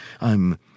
I'm